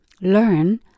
learn